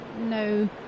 no